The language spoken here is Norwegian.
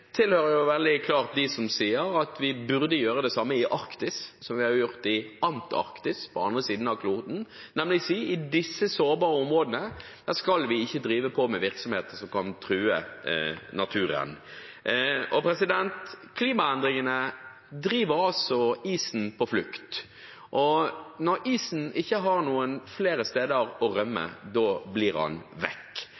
klart til dem som sier at vi burde gjøre det samme i Arktis som vi har gjort i Antarktis på den andre siden av kloden, nemlig å si at i disse sårbare områdene skal vi ikke drive virksomhet som kan true naturen. Klimaendringene driver isen på flukt. Når isen ikke har flere steder å rømme,